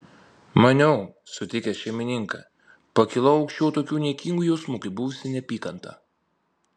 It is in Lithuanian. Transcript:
maniau sutikęs šeimininką pakilau aukščiau tokių niekingų jausmų kaip buvusi neapykanta